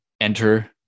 enter